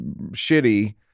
shitty